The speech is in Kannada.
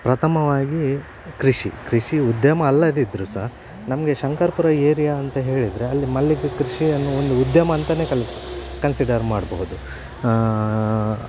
ಪ್ರಥಮವಾಗಿ ಕೃಷಿ ಕೃಷಿ ಉದ್ಯಮ ಅಲ್ಲದಿದ್ದರು ಸಹ ನಮಗೆ ಶಂಕರಪುರ ಏರಿಯಾ ಅಂತ ಹೇಳಿದರೆ ಅಲ್ಲಿ ಮಲ್ಲಿಗೆ ಕೃಷಿ ಅನ್ನು ಒಂದು ಉದ್ಯಮ ಅಂತನೆ ಕನ್ ಕನ್ಸಿಡರ್ ಮಾಡಬಹುದು